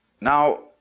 Now